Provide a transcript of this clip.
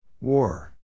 War